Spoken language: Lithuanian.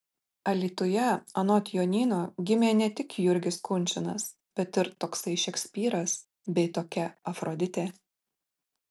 alytuje anot jonyno gimė ne tik jurgis kunčinas bet ir toksai šekspyras bei tokia afroditė